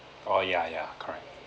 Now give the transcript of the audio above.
oh ya ya correct